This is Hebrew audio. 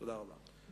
תודה רבה.